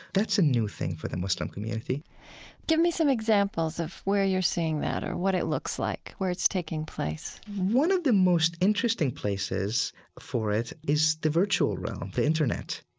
that's a new thing for the muslim community give me some examples of where you're seeing that or what it looks like, where it's taking place one of the most interesting places for it is the virtual realm, the internet.